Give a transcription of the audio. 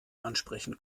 ansprechen